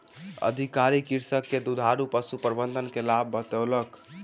अधिकारी कृषक के दुधारू पशु प्रबंधन के लाभ बतौलक